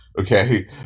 okay